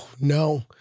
no